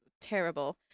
terrible